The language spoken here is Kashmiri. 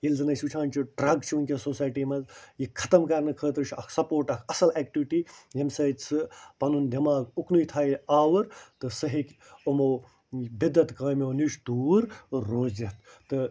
ییٚلہِ زن أسۍ وُچھان چھِ ڈرٛگ چھِ وُنٛکٮ۪ن سوسایٹی منٛز یہِ ختم کرنہٕ خٲطرٕ چھُ اَکھ سپورٹ اَکھ اصٕل ایٚکٹِوٹی ییٚمہِ ٮسۭتۍ سُہ پنُن دیٚماغ اُکنٕے تھایہِ آوُر تہٕ سُہ ہیٚکہِ یِمو بِدت کامیٛو نِش دوٗر روزِتھ تہٕ